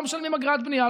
לא משלמים אגרת בנייה,